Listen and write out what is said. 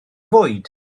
fwyd